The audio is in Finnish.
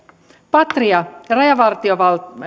patria ja